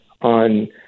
on